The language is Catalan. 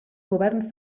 govern